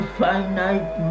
finite